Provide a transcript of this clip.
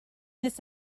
this